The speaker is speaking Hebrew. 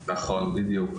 נכון, בדיוק.